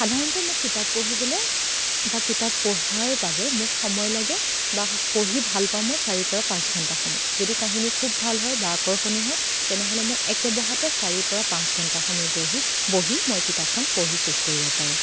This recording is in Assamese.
সাধাৰণতে মোক কিতাপ পঢ়িবলে বা কিতাপ পঢ়াৰ বাবে মোক সময় লাগে বা পঢ়ি ভালপাওঁ মই চাৰিৰ পৰা পাঁচ ঘণ্টা সময় যদি কাহিনী খুব ভাল হয় বা আকৰ্ষণীয় হয় তেনেহ'লে মই একেবহাতে চাৰিৰ পৰা পাঁচ ঘণ্টা সময় পঢ়ি বহি মই কিতাপখন পঢ়ি শেষ কৰিব পাৰোঁ